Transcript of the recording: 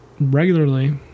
regularly